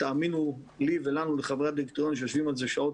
תאמינו לי ולנו חברי הדירקטוריון שיושבים על זה שעות